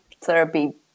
therapy